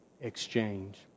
exchange